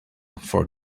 for